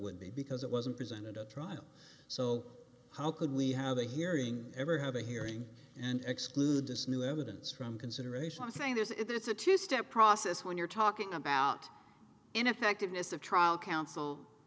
would be because it wasn't presented at trial so how could we have a hearing ever have a hearing and exclude this new evidence from consideration saying there's if it's a two step process when you're talking about ineffectiveness of trial coun